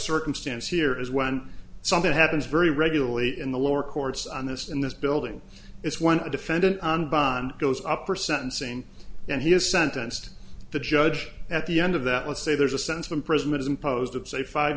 circumstance here is when something happens very regularly in the lower courts on this in this building it's one defendant on bond goes up for sentencing and he is sentenced the judge at the end of that let's say there's a sense of imprisonment imposed of say five